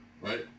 right